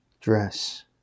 dress